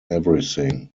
everything